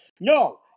No